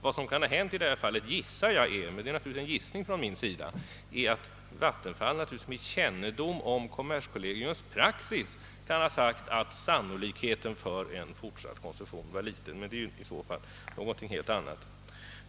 Vad som kan ha hänt i detta fall gissar jag är — det är naturligtvis en gissning — att Vattenfall med kännedom om praxis kan ha sagt att sannolikheten för en fortsatt koncession var liten. Men det är ju i så fall någonting annat.